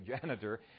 janitor